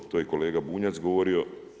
To je kolega Bunjac govori.